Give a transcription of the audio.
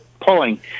Pulling